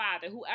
whoever